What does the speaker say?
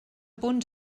punt